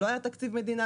לא היה תקציב מדינה,